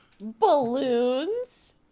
balloons